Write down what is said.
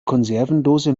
konservendose